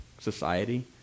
society